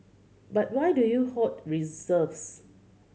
but why do you hoard reserves